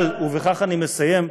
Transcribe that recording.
אבל, ובכך אני מסיים,